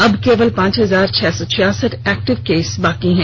अब केवल पांच हजार छह सौ छियासठ एक्टिव केस बचे हैं